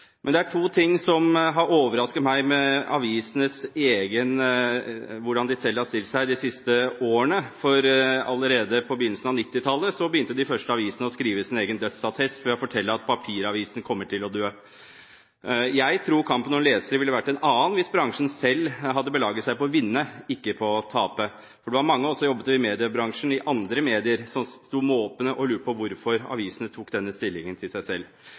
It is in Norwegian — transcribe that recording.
Men det er to ting som har overrasket meg med hensyn til hvordan avisene selv har stilt seg de siste årene. Allerede på begynnelsen av 1990-tallet begynte de første avisene å skrive sin egen dødsattest ved å fortelle at papiravisen kom til å dø. Jeg tror kampen om lesere ville vært en annen hvis bransjen selv hadde belaget seg på å vinne, ikke på å tape. Det var mange av oss som jobbet i mediebransjen i andre medier, som sto måpende og lurte på hvorfor avisene tok denne stillingen til seg selv.